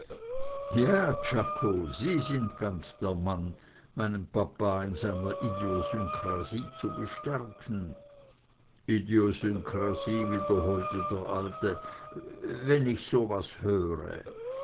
ja czako sie sind ganz der mann meinen papa in seiner idiosynkrasie zu bestärken idiosynkrasie wiederholte der alte wenn ich so was höre